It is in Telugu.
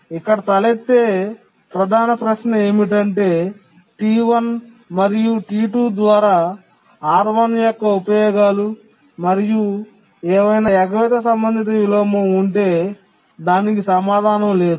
ఇక్కడ తలెత్తే ప్రధాన ప్రశ్న ఏమిటంటే T1 మరియు T2 ద్వారా R1 యొక్క ఉపయోగాలు మరియు ఏవైనా ఎగవేత సంబంధిత విలోమం ఉంటే దానికి సమాధానం లేదు